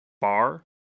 bar